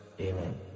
amen